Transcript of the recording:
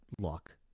luck